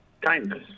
kindness